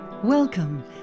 Welcome